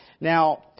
Now